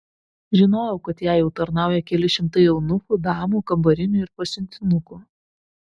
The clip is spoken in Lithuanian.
žinojau kad jai jau tarnauja keli šimtai eunuchų damų kambarinių ir pasiuntinukų